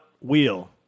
wheel